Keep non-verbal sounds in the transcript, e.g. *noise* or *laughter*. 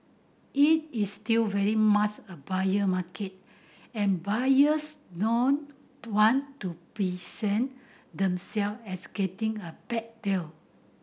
it is still very much a buyer market and buyers don't want to *unintelligible* themselves as getting a 'bad' deal